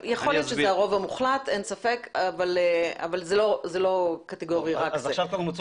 יכול להיות שהרוב המוחלט, אבל זה לא קטגורי רק זה.